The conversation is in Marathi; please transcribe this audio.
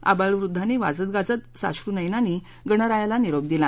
आबालवृद्धांनी वाजतगाजत साश्रुनयनांनी गणरायाला निरोप दिला